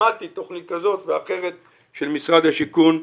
שמעתי על תכנית כזאת ואחרת של משרד השיכון.